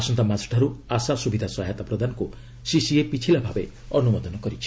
ଆସନ୍ତାମାସଠାରୁ ଆଶା ସୁବିଧା ସହାୟତା ପ୍ରଦାନକୁ ସିସିଇଏ ପିଛିଲାଭାବେ ଅନୁମୋଦନ କରିଛି